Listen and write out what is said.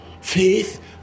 faith